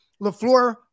LaFleur